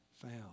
found